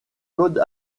code